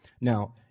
Now